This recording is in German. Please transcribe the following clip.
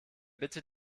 bitte